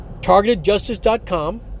TargetedJustice.com